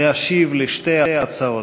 להשיב על שתי ההצעות,